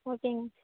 ஓகேங்க